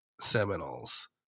Seminoles